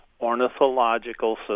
ornithological